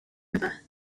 river